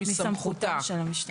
נכתוב "מסמכותה",